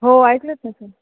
हो ऐकलंच ना सर